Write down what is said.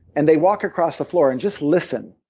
and they walk across the floor and just listen.